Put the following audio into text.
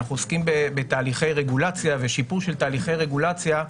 אנחנו עוסקים בתהליכי רגולציה ושיפור של תהליכי רגולציה.